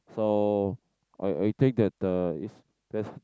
so I I think that uh it's best